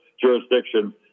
jurisdiction